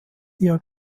ihrer